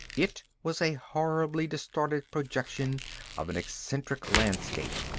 it was a horribly distorted projection of an eccentric landscape,